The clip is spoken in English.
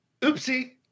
Oopsie